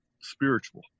spiritual